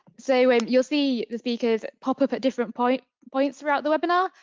so and you'll see the speakers pop up at different points points throughout the webinar,